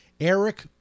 Eric